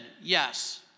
Yes